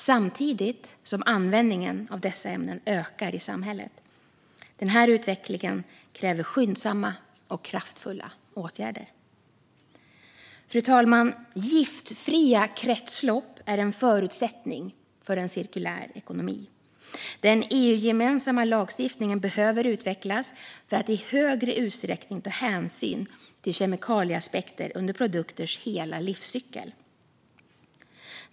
Ändå ökar användningen av dessa ämnen i samhället. Denna utveckling kräver skyndsamma och kraftfulla åtgärder. Fru talman! Giftfria kretslopp är en förutsättning för en cirkulär ekonomi. Den EU-gemensamma lagstiftningen behöver utvecklas för att i högre utsträckning ta hänsyn till kemikalieaspekter under produkters hela livscykel.